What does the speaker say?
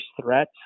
threat